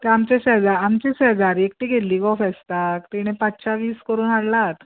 तें आमचे शेजरा आमचे शेजारी एकटी गेल्ली गो फेस्ताक तिणें पांचश्यां वीस करून हाडल्यात